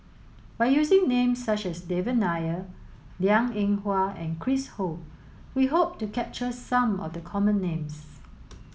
by using names such as Devan Nair Liang Eng Hwa and Chris Ho we hope to capture some of the common names